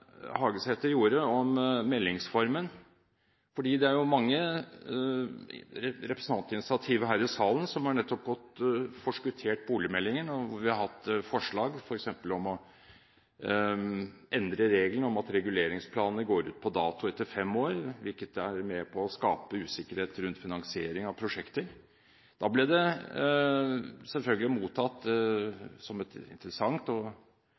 Hagesæter gjorde – rundt meldingsformen. Det har jo vært mange representantinitiativ her i salen som nettopp har forskuttert boligmeldingen. Vi har hatt forslag f.eks. om å endre reglene om at reguleringsplanene går ut på dato etter fem år, hvilket er med på å skape usikkerhet rundt finansiering av prosjekter. Da ble det selvfølgelig mottatt som interessant og